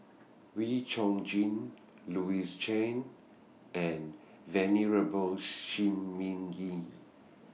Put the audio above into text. Wee Chong Jin Louis Chen and Venerable Shi Ming Yi